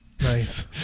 Nice